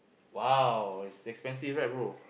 !wow! it's expensive right bro